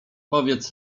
powiedz